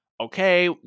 okay